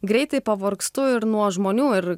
greitai pavargstu ir nuo žmonių ir